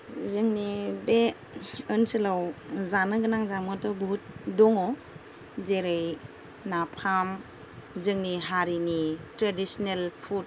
जोंनि बे ओनसोलाव जानोगोनां जामुङाथ' बहुत दङ जेरै नाफाम जोंनि हारिनि ट्रेडिसनेल फुड